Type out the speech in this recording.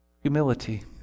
humility